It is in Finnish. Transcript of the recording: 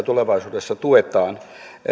tulevaisuudessa tuetaan